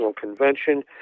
convention